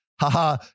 Haha